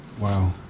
Wow